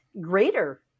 greater